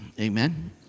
Amen